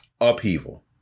upheaval